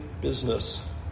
business